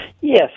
Yes